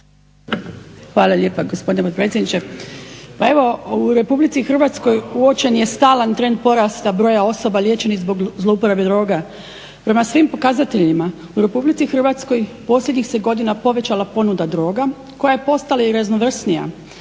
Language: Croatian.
Hvala lijepa gospodine potpredsjedniče. Pa evo, u Republici Hrvatskoj uočen je stalan trend porasta broja osoba liječenih zbog zlouporabe droga. Prema svim pokazateljima u Republici Hrvatskoj posljednjih se godina povećala ponuda droga koja je postala i raznovrsnija.